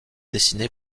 dessiné